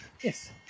Yes